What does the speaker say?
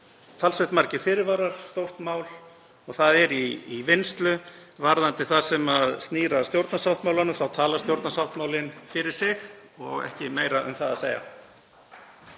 talsvert margir fyrirvarar, stórt mál og það er í vinnslu. Varðandi það sem snýr að stjórnarsáttmálanum talar stjórnarsáttmálinn fyrir sig og ekki meira um það að segja.